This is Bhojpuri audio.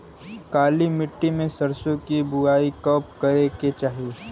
काली मिट्टी में सरसों के बुआई कब करे के चाही?